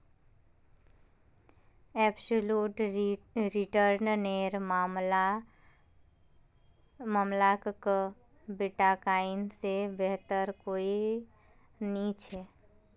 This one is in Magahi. एब्सलूट रिटर्न नेर मामला क बिटकॉइन से बेहतर कोई नी छे